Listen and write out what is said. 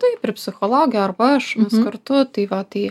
taip ir psichologė arba aš kartu tai va tai